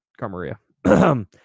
Carmaria